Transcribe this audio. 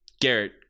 Garrett